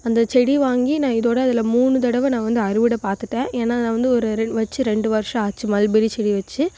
அந்த செடி வாங்கி நான் இதோட அதில் மூணு தடவை நான் வந்து அறுவடை பார்த்துட்டேன் ஏன்னா நான் வந்து ஒரு ரெண் வச்சி ரெண்டு வர்ஷம் ஆச்சு மல்பெரி செடி வச்சி